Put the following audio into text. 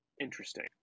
interesting